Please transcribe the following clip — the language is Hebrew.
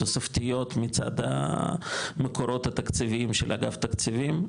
תוספתיות מצד המקורות התקציביים של אגף תקציבים,